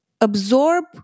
absorb